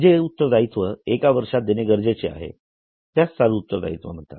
जे उत्तरदायित्व एका वर्षात देणे गरजेचे असते त्यास चालू उत्तरदायित्व असे म्हणतात